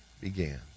began